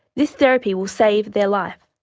this therapy will save their life.